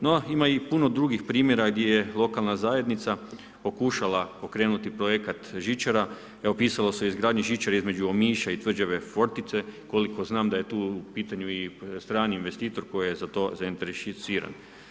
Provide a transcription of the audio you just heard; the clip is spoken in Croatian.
No ima i puno drugih primjera gdje lokalna zajednica je pokušala pokrenuti projekat žičara, evo pisalo se o izgradnji žičara između Omiša i tvrđave Fortice, koliko znam da je tu u pitanju i strani investitor koji je za to zainteresiran.